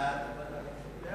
סעיפים 1 3 נתקבלו.